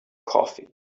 coffee